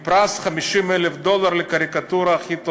עם פרס של 50,000 דולר לקריקטורה הכי טובה.